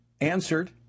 answered